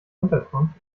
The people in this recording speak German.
unterkunft